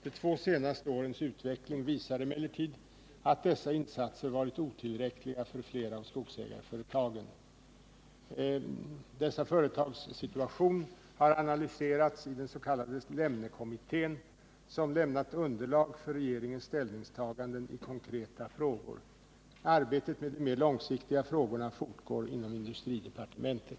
De två senaste årens utveckling visar emellertid att dessa insatser varit otillräckliga för flera av skogsägarföretagen. Skogsägarföretagens situation har analyserats i den s.k. Lemnekommittén, som lämnat underlag för regeringens ställningstaganden i konkreta frågor. Arbetet med de mer långsiktiga frågorna fortgår inom industridepartementet.